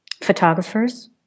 photographers